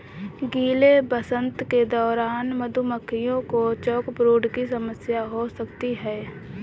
गीले वसंत के दौरान मधुमक्खियों को चॉकब्रूड की समस्या हो सकती है